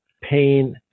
pain